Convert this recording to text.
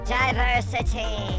diversity